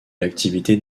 l’activité